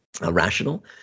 rational